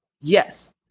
Yes